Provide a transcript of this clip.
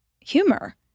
humor